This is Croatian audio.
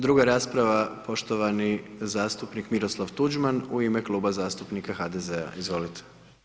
Druga rasprava, poštovani zastupnik Miroslav Tuđman u ime Kluba zastupnika HDZ-a, izvolite.